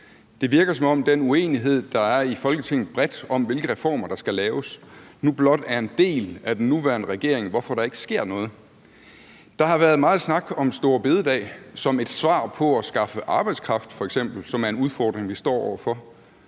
Det virker, som om den uenighed, der er i Folketinget bredt, om, hvilke reformer der skal laves, nu blot er en del af den nuværende regering, hvorfor der ikke sker noget. Der har været meget snak om store bededag som et svar på f.eks. at skaffe arbejdskraft, som er en udfordring, vi står over for,